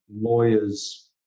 lawyers